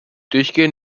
durchgehen